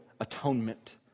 atonement